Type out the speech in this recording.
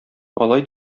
алай